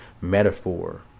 metaphor